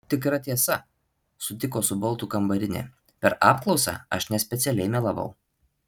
tikra tiesa sutiko su boltu kambarinė per apklausą aš nespecialiai melavau